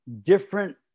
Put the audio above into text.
different